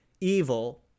evil